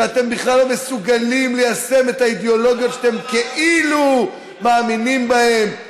שאתם בכלל לא מסוגלים ליישם את האידאולוגיות שאתם כאילו מאמינים בהן.